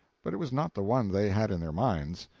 but it was not the one they had in their minds.